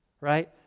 right